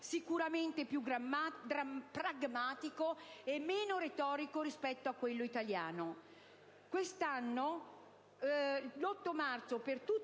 sicuramente più pragmatico e meno retorico rispetto a quello italiano. Quest'anno l'8 marzo per